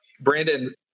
Brandon